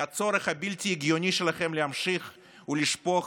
מהצורך הבלתי-הגיוני שלכם להמשיך ולשפוך